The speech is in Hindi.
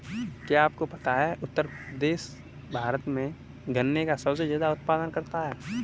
क्या आपको पता है उत्तर प्रदेश भारत में गन्ने का सबसे ज़्यादा उत्पादन करता है?